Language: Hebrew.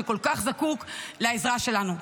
שכל כך זקוק לעזרה שלנו.